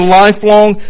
lifelong